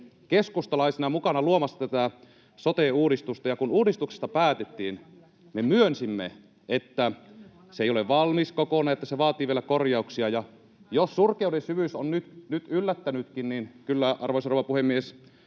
keskustalaisena mukana luomassa tätä sote-uudistusta, ja kun uudistuksesta päätettiin, me myönsimme, että se ei ole valmis kokonaan ja että se vaatii vielä korjauksia, ja jos surkeuden syvyys on nyt yllättänytkin, niin kyllä, arvoisa rouva puhemies,